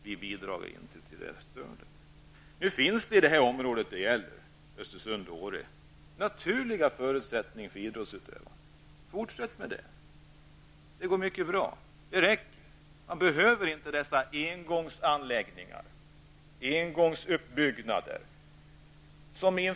Vi bidrar inte till detta. Det finns naturliga förutsättningar i Östersund -- Åre-området för idrottsutövande. Det skall man fortsätta med. Det går mycket bra. Det räcker. Man behöver inte dessa engångsanläggningar, engångsuppbyggnader.